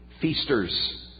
feasters